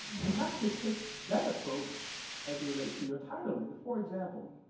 have to take that approach as it relates to your titling. for example,